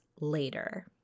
later